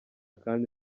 kandi